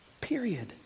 Period